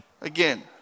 again